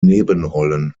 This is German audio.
nebenrollen